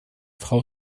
frau